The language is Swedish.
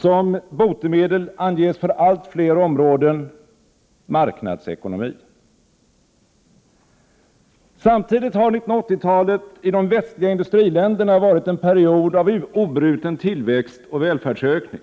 Som botemedel anges för allt fler områden marknadsekonomi. Samtidigt har 1980-talet i de västliga industriländerna varit en period av obruten tillväxt och välfärdsökning.